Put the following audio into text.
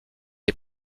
est